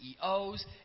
CEOs